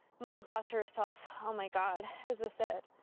mom thought to herself, oh my god, is this it?